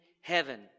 heaven